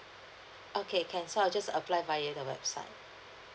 okay can so I'll just apply via the website